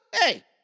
hey